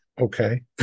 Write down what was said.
okay